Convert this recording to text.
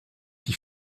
qui